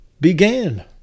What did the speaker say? began